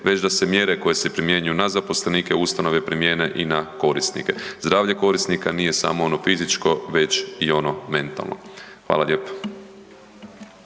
već da se mjere koje se primjenjuju na zaposlenike ustanove primijene i na korisnike. Zdravlje korisnika nije samo ono fizičko već i ono mentalno. Hvala lijepo.